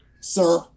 Sir